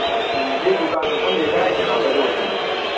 ꯎꯝ ꯁꯤ ꯗꯨꯀꯥꯟ ꯃꯐꯝꯁꯦ ꯀꯥꯏ ꯖꯒꯥꯗ ꯑꯣꯏꯗꯣꯏꯅꯣ